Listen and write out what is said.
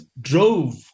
drove